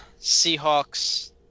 Seahawks